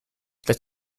that